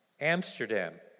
Amsterdam